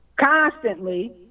Constantly